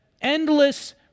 endless